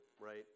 right